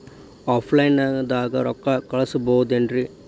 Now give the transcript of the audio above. Offline ದಾಗ ರೊಕ್ಕ ಕಳಸಬಹುದೇನ್ರಿ?